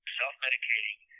self-medicating